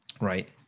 Right